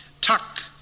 tuck